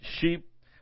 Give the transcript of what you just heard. sheep